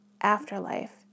afterlife